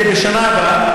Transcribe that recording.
בשנה הבאה,